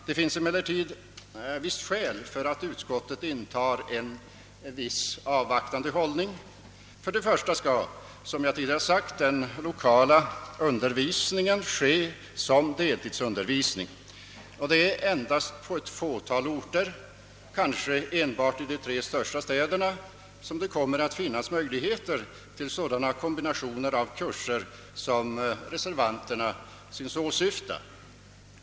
Det finns emellertid visst skäl för att utskottet intar en något avvaktande hållning. Som jag tidigare sagt skall den lokala undervisningen bedrivas som deltidsundervisning. Det är endast på ett fåtal orter, kanske enbart i de tre största städerna, som det kommer att finnas möjligheter till sådana kombinationer av kurser som reservanterna tycks åsyfta.